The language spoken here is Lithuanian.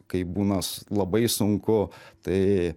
kai būna labai sunku tai